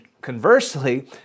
Conversely